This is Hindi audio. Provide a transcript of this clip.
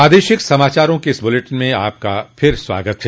प्रादेशिक समाचारों के इस बुलेटिन में आपका फिर से स्वागत है